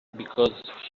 because